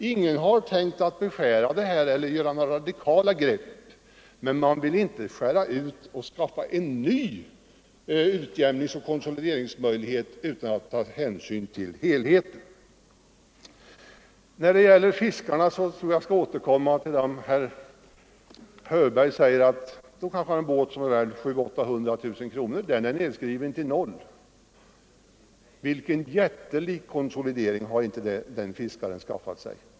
Ingen har tänkt beskära dessa möjligheter eller ta några radikala grepp, men vi vill inte bryta ut dessa bestämmelser och skapa en ny utjämnings-och konsolideringsmöjlighet utan att ta hänsyn till helheten. Jag återkommer nu till frågan om fiskarna. Herr Hörberg säger att en fiskare kanske har en båt som är värd 700 000 å 800 000 kronor och som är nedskriven till noll. Vilken jättelik konsolidering har inte den fiskaren skaffat sig!